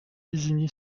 isigny